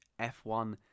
F1